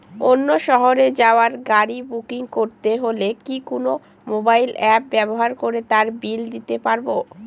অন্য শহরে যাওয়ার গাড়ী বুকিং করতে হলে কি কোনো মোবাইল অ্যাপ ব্যবহার করে তার বিল দিতে পারব?